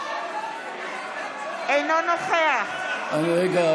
אינו נוכח רגע,